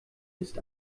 ist